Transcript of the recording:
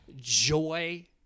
joy